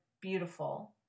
beautiful